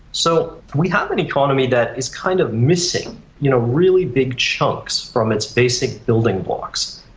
so we have an economy that is kind of missing you know really big chunks from its basic building blocks,